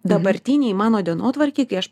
dabartinėj mano dienotvarkėj kai aš